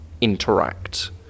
interact